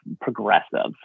progressives